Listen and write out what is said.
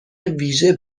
ویژه